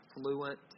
fluent